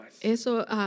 eso